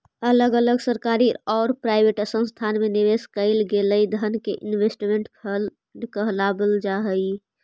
अलग अलग सरकारी औउर प्राइवेट संस्थान में निवेश कईल गेलई धन के इन्वेस्टमेंट फंड कहल जा हई